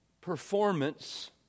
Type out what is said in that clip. Performance